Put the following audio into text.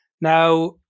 Now